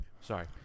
Sorry